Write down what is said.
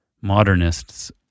modernists